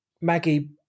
Maggie